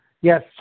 Yes